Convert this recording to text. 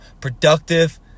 productive